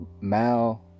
Mal